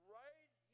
right